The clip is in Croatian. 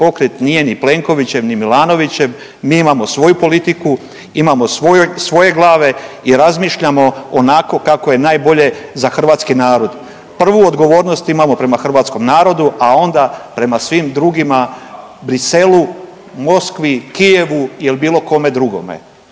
pokret nije ni Plenkovićev ni Milanovićev, mi imamo svoju politiku, imamo svoje glave i razmišljamo onako kako je najbolje za hrvatski narod. Prvu odgovornost imamo prema hrvatskom narodu, a onda prema svim drugima, Bruxellesu, Moskvi, Kijevu ili bilo kome drugome.